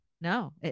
No